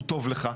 הוא טוב לך.